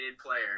player